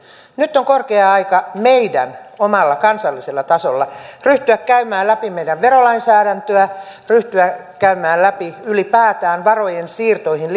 nyt on meidän korkea aika omalla kansallisella tasolla ryhtyä käymään läpi meidän verolainsäädäntöä ryhtyä käymään läpi ylipäätään varojen siirtoihin